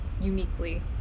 uniquely